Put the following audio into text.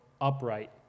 upright